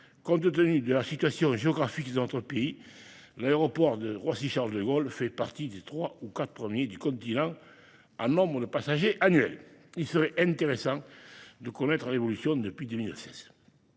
compte tenu de la situation géographique de notre pays. L'aéroport de Roissy-Charles-de-Gaulle est l'un des trois ou quatre premiers aéroports du continent en nombre de passagers annuels. Il serait intéressant de connaître l'évolution depuis 2016.